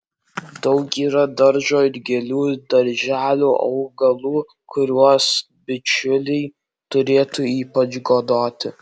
daug yra daržo ir gėlių darželių augalų kuriuos bičiuliai turėtų ypač godoti